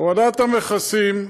הורדת המכסים,